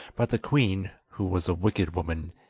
but the queen, who was a wicked woman,